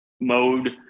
mode